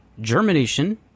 germination